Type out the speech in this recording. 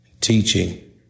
teaching